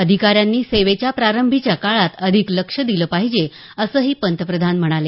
अधिकाऱ्यांनी प्रारंभीच्या काळात अधिक लक्ष दिलं पाहिजे असंही पंतप्रधान म्हणाले